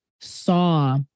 saw